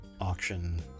auction